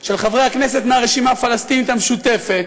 של חברי הכנסת מהרשימה הפלסטינית המשותפת,